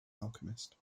alchemist